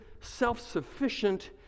self-sufficient